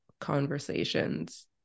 conversations